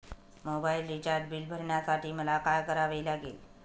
Mobile recharge bill भरण्यासाठी मला काय करावे लागेल?